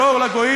של אור לגויים,